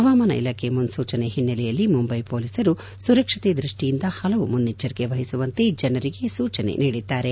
ಹವಾಮಾನ ಇಲಾಖೆ ಮುನ್ಗೂಚನೆ ಹಿನ್ನೆಲೆಯಲ್ಲಿ ಮುಂಬೈ ಪೊಲೀಸರು ಸುರಕ್ಷತೆ ದೃಷ್ಟಿಯಿಂದ ಹಲವು ಮುನೈಚ್ಚರಿಕೆ ವಹಿಸುವಂತೆ ಜನರಿಗೆ ಸೂಚನೆ ನೀಡಿದ್ದಾರೆ